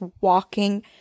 walking